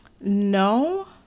no